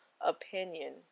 opinion